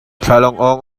thlalangawng